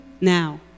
now